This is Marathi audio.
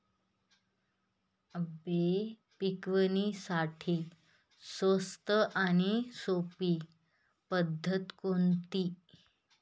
आंबे पिकवण्यासाठी स्वस्त आणि सोपी पद्धत कोणती?